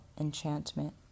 enchantment